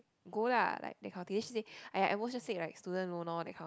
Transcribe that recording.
go lah like that kind of thing then she say !aiya! at most just take like student loan lor that kind of